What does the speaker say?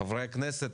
חברי הכנסת,